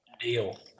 Deal